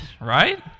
right